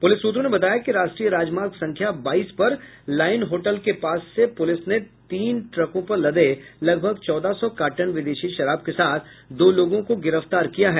police सूत्रों ने बताया कि राष्ट्रीय राजमार्ग संख्या बाईस पर लाइन होटल के पास से पुलिस ने तीन ट्रकों पर लदे लगभग चौदह सौ कार्टन विदेशी शराब के साथ दो लोगों को गिरफ्तार किया है